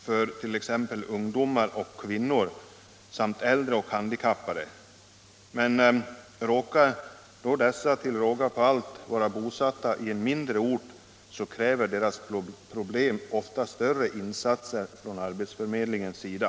för t.ex. ungdomar och kvinnor samt äldre och handikappade, Nr 48 men råkar dessa till råga på allt vara bosatta på en mindre ort kräver Torsdagen den deras problem ofta större insatser från arbetsförmedlingens sida.